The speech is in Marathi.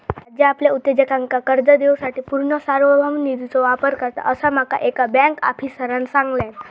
राज्य आपल्या उद्योजकांका कर्ज देवूसाठी पूर्ण सार्वभौम निधीचो वापर करता, असा माका एका बँक आफीसरांन सांगल्यान